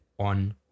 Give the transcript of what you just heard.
on